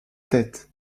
tête